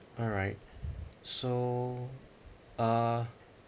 alright so uh